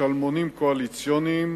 לשלמונים קואליציוניים